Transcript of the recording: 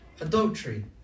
adultery